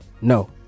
no